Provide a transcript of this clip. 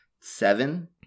seven